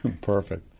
Perfect